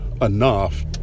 enough